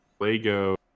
Lego